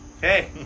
Hey